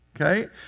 okay